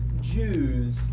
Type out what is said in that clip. Jews